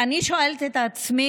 אני שואלת את עצמי,